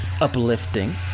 uplifting